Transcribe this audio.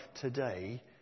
today